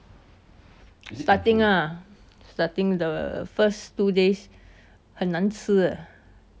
starting ah starting the first two days 很难吃 uh